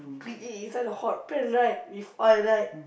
grill it inside the hot pan right with oil right